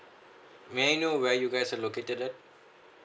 may I know where you guys are located at